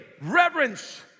Reverence